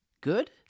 good